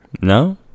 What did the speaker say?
no